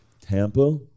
Tampa